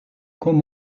comme